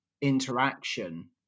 interaction